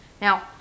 now